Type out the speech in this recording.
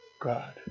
God